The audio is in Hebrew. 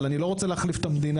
אבל אני לא רוצה להחליף את המדינה,